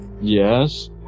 Yes